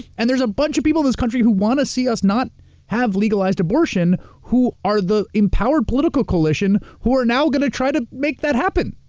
and there's a bunch of people in this country who want to see us not have legalized abortion, who are the empowered political coalition, who are now going to try to make that happen.